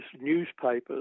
newspapers